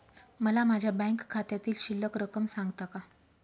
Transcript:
मला माझ्या बँक खात्यातील शिल्लक रक्कम सांगता का?